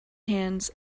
hands